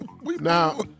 Now